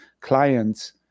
clients